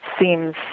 seems